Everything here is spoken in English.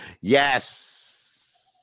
Yes